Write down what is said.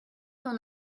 ton